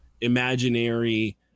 imaginary